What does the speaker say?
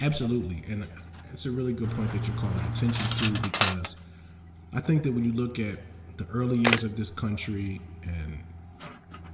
absolutely. and that's a really good point that you're calling attention to. because i think that when you look at the early years of this country, and